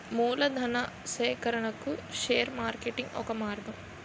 మూలధనా సేకరణకు share marketing ఒక మార్గం